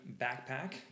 backpack